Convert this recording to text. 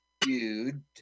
dude